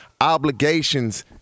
obligations